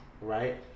right